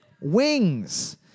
wings